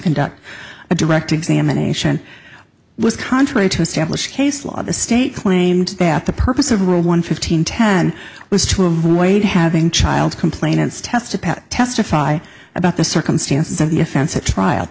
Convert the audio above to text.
conduct a direct examination was contrary to establish case law the state claimed that the purpose of rule one fifteen ten was to avoid having child complainants tests to pass testify about the circumstances of the defense a trial